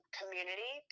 community